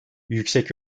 yüksek